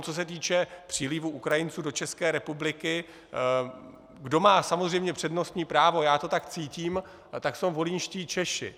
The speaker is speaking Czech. Co se týká přílivu Ukrajinců do České republiky, kdo má samozřejmě přednostní právo, já to tak cítím, jsou volyňští Češi.